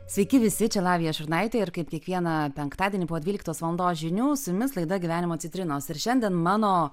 sykį visi čia lavija šurnaitė ir kaip kiekvieną penktadienį po dvyliktos valandos žinių su jumis laida gyvenimo citrinos ir šiandien mano